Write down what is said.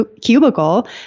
cubicle